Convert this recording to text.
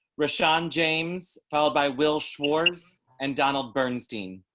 russia and james followed by will shores and donald bernstein.